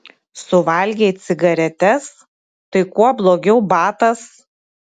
suvalgei cigaretes tai kuo blogiau batas